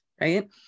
right